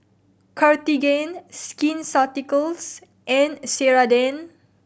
Cartigain Skin Ceuticals and Ceradan